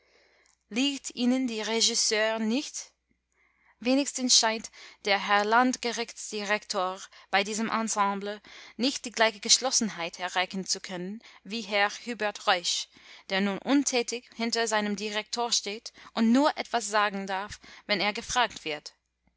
liegt ihnen der regisseur nicht wenigstens scheint der herr landgerichtsdirektor bei diesem ensemble nicht die gleiche geschlossenheit erreichen zu können wie herr hubert reusch der nun untätig hinter seinem direktor steht und nur etwas sagen darf wenn er gefragt wird